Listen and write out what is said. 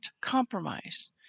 compromise